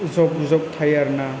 जब जब थायो आरो ना